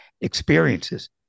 experiences